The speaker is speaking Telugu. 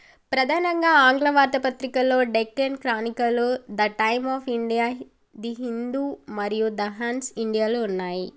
ప్రధానంగా ఆంగ్ల వార్తాపత్రికలలో Deccan Chronicle the time of India the Hindu మరియు ద హన్స్ ఇండియాలు ఉన్నాయి